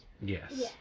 yes